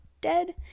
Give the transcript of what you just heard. dead